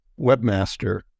webmaster